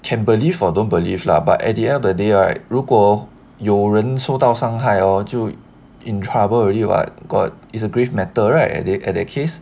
can believe or don't believe lah but at the end of the day right 如果有人受到伤害就 in trouble already [what] got it is a grave matter right that case